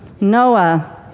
Noah